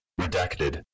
redacted